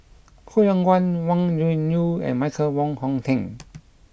Koh Yong Guan Wang Gungwu and Michael Wong Hong Teng